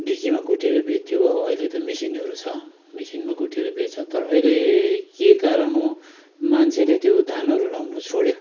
ढिकीमा कुटेर बेच्थ्यो अहिले त मसिनहरू छ मसिनमा कुटेर बेच्छ तर अहिले के कारण हो मान्छेले त्यो धानहरू लगाउनु छोड्यो